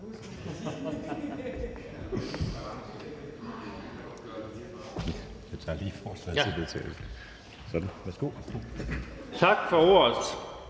Tak for ordet.